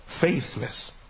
Faithless